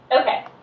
Okay